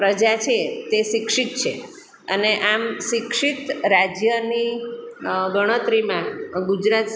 પ્રજા છે તે શિક્ષિત છે અને આમ શિક્ષિત રાજ્યની ગણતરીમાં ગુજરાત